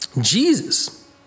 Jesus